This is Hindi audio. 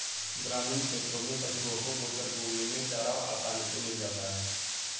ग्रामीण क्षेत्रों में पशुओं को गोचर भूमि में चारा आसानी से मिल जाता है